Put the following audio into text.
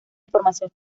información